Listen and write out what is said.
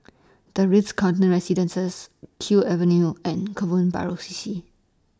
The Ritz Carlton Residences Kew Avenue and Kebun Baru C C